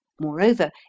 moreover